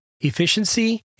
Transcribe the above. efficiency